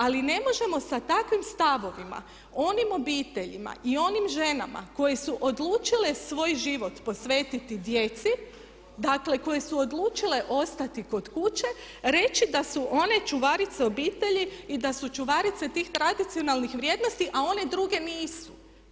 Ali ne možemo sa takvim stavovima onim obiteljima i onim ženama koje su odlučile svoj život posvetiti djeci, dakle koje su odlučile ostati kod kuće reći da su one čuvarice obitelji i da su čuvarice tih tradicionalnih vrijednosti, a one druge nisu.